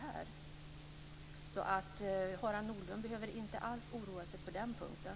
Harald Nordlund behöver alltså inte alls oroa sig på den punkten.